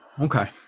Okay